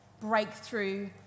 breakthrough